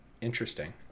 interesting